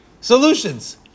solutions